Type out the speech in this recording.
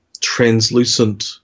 translucent